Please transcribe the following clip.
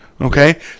okay